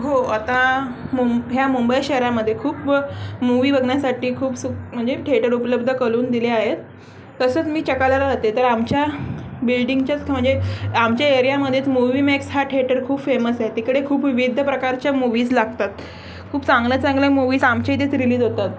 हो आता मु ह्या मुंबई शहरामध्ये खूप मूव्ही बघण्यासाठी खूप सु म्हणजे थिएटर उपलब्ध करून दिले आहेत तसंच मी चकाला राहते तर आमच्या बिल्डिंगच्याच म्हणजे आमच्या एरियामधेच मूव्ही मॅक्स हा थिएटर खूप फेमस आहे तिकडे खूप विविध प्रकारच्या मूवीज लागतात खूप चांगल्या चांगल्या मूव्हीज आमच्या इथेच रिलीज होतात